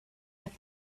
but